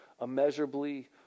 immeasurably